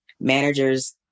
managers